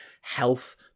health